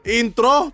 intro